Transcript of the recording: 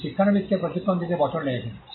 যে শিক্ষানবিশকে প্রশিক্ষণ দিতে বছর লেগেছিল